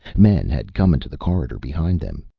men had come into the corridor behind them.